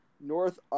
North